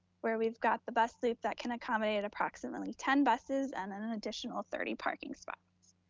where we've got the best loop that can accommodate approximately ten buses and then an additional thirty parking spots.